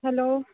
hello